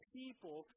people